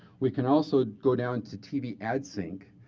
we can also go down to tv ad sync.